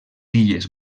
illes